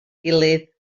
gilydd